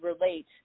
relate